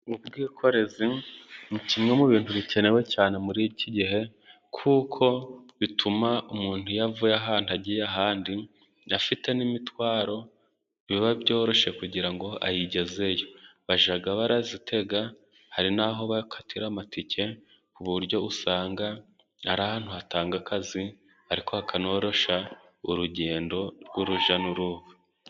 Ubwikorezi ni kimwe mu bintu bikenewe cyane muri iki gihe，kuko bituma umuntu iyo avuye ahantu agiye ahandi，afite n'imitwaro， biba byoroshye， kugira ngo ayigezeyo， bajya barazitega. Hari n'aho bakatira amatike，ku buryo usanga ari ahantu hatanga akazi，ariko hakanoroshya， urugendo rw'urujya n'uruza.